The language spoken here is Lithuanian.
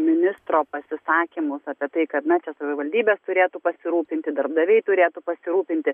ministro pasisakymus apie tai kad na čia savivaldybės turėtų pasirūpinti darbdaviai turėtų pasirūpinti